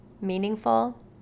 meaningful